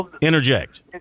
Interject